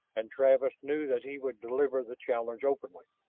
and travis knew that he would deliver the challenge openly.